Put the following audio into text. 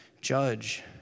judge